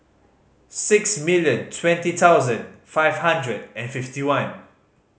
six million twenty thousand five hundred and fifty one